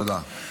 תודה.